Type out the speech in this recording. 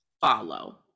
follow